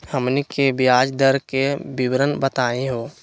हमनी के ब्याज दर के विवरण बताही हो?